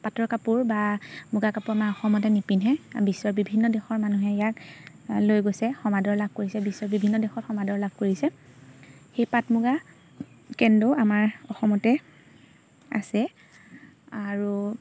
পাটৰ কাপোৰ বা মুগা কাপোৰ আমাৰ অসমতে নিপিন্ধে বিশ্বৰ বিভিন্ন দেশৰ মানুহে ইয়াক লৈ গৈছে সমাদৰ লাভ কৰিছে বিশ্বৰ বিভিন্ন দেশত সমাদৰ লাভ কৰিছে সেই পাট মুগা কেন্দ্ৰ আমাৰ অসমতে আছে আৰু